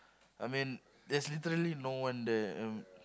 I mean there's literally no one there um